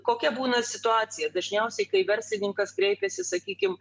kokia būna situacija dažniausiai kai verslininkas kreipiasi sakykim